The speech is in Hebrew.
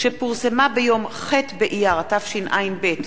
פורסמה ביום ח' באייר התשע"ב,